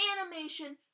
animation